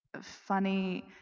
funny